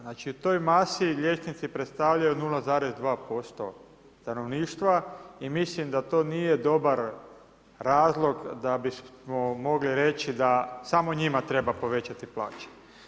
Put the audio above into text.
Znači u toj masi liječnici predstavljaju 0,2% stanovništva i mislim da to nije dobar razlog da bismo mogli reći da samo njima treba povećati plaće.